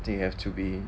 then you have to be